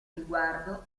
riguardo